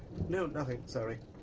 no, nothing, sorry.